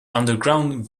underground